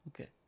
Okay